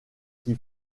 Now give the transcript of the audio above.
qui